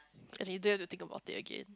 cause later to take about it again